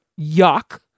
Yuck